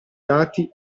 dati